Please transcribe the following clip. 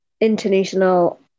international